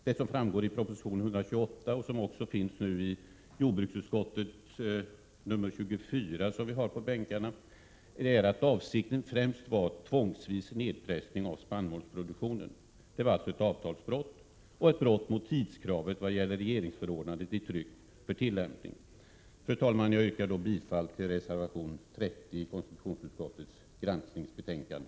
Det framgår av proposition 128 och av jordbruksutskottets betänkande 24, som vi har på bänkarna, att avsikten främst har varit tvångsvis nedpressning av spannmålsproduktionen. Det var alltså ett avtalsbrott och ett brott mot tidskravet när det gäller regeringsför Fru talman! Jag yrkar bifall till reservation 30 i konstitutionsutskottets granskningsbetänkande.